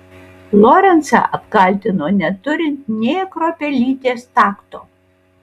lorencą apkaltino neturint nė kruopelytės takto